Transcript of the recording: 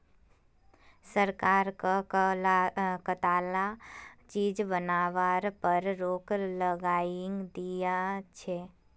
सरकार कं कताला चीज बनावार पर रोक लगइं दिया छे